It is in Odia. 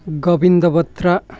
ଗୋବିନ୍ଦ ଭତ୍ରା